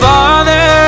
Father